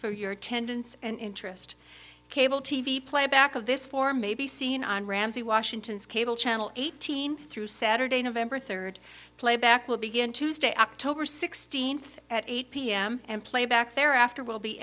for your attendance and interest cable t v playback of this form may be seen on ramsey washington's cable channel eighteen through saturday november third playback will begin tuesday october sixteenth at eight pm and playback there after will be